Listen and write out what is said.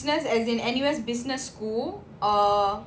N_U_S business as in N_U_S business school or